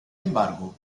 embargo